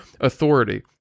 authority